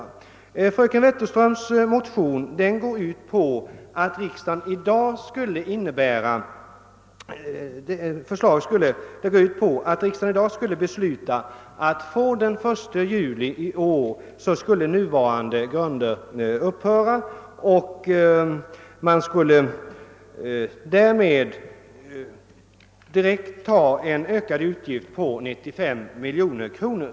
I fröken Wetterströms motion framförs förslaget att riksdagen i dag skulle besluta att nuvarande grunder skall upphöra att gälla fr.o.m. den 1 juli i år, vilket skulle innebära en utgiftsökning på 95 miljoner kronor.